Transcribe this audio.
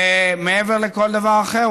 ומעבר לכל דבר אחר,